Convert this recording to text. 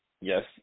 Yes